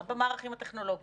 גם במערכים הטכנולוגיים,